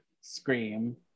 Scream